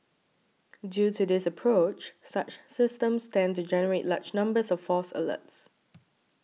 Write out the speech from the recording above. due to this approach such systems tend to generate large numbers of false alerts